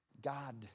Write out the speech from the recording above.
God